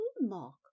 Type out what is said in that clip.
mark